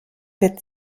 wird